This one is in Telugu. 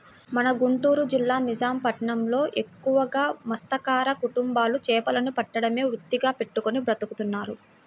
మన గుంటూరు జిల్లా నిజాం పట్నంలో ఎక్కువగా మత్స్యకార కుటుంబాలు చేపలను పట్టడమే వృత్తిగా పెట్టుకుని బతుకుతున్నారు